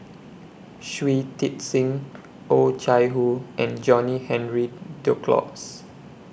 Shui Tit Sing Oh Chai Hoo and John Henry Duclos